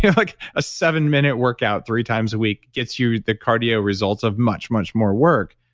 yeah like a seven-minute workout three times a week, gets you the cardio results of much, much more work.